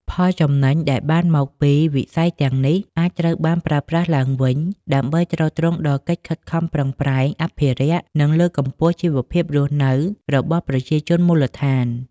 ផលចំណេញដែលបានមកពីវិស័យទាំងនេះ អាចត្រូវបានប្រើប្រាស់ឡើងវិញដើម្បីទ្រទ្រង់ដល់កិច្ចខិតខំប្រឹងប្រែងអភិរក្ស និងលើកកម្ពស់ជីវភាពរស់នៅរបស់ប្រជាជនមូលដ្ឋាន។